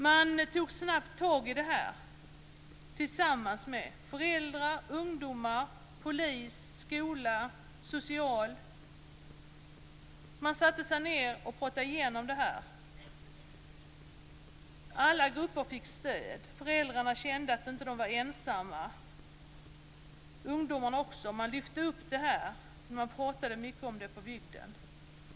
Man tog snabbt tag i detta tillsammans - föräldrar, ungdomar, polis, skola och socialtjänst. Man satte sig ned och pratade igenom det. Alla grupper fick stöd. Föräldrarna kände att de inte var ensamma, ungdomarna likaså. Man lyfte upp det och pratade mycket om det på bygden.